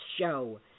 show